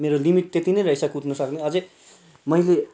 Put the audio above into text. मेरो लिमिट त्यति नै रहेछ कुद्नसक्ने अझै मैले